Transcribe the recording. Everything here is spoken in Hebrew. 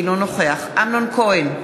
אינו נוכח אמנון כהן,